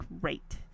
great